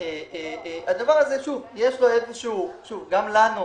גם לנו,